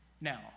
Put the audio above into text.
now